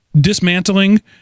dismantling